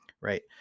right